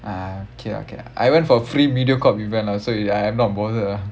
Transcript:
ah okay okay lah I went for free Mediacorp event lah so I I am not bothered lah